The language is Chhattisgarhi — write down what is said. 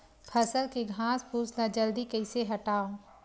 फसल के घासफुस ल जल्दी कइसे हटाव?